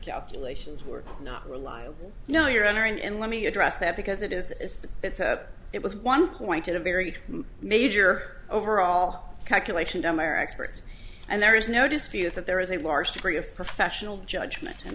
calculations were not reliable you know your honor and let me address that because it is it's it's a it was one point in a very major overall calculation dummer experts and there is no dispute that there is a large degree of professional judgment and